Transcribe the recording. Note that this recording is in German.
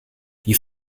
die